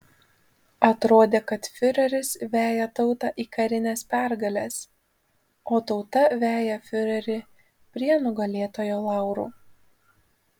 atrodė kad fiureris veja tautą į karines pergales o tauta veja fiurerį prie nugalėtojo laurų